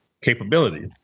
capability